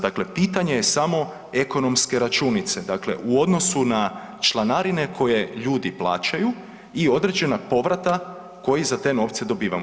Dakle, pitanje je samo ekonomske računice, dakle u odnosu na članarine koje ljudi plaćaju i određena povrata koji za te novce dobivamo.